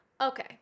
Okay